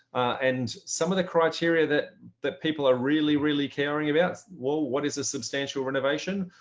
and some of the criteria that that people are really, really caring about, well, what is a substantial renovation?